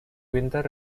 winter